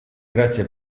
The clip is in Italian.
grazie